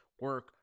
Work